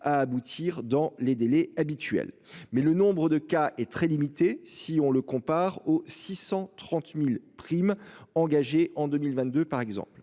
à aboutir dans les délais habituels. Mais le nombre de cas est très limité. Si on le compare aux 630.000 primes engagé en 2022 par exemple